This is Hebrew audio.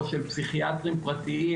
או של פסיכיאטרים פרטיים,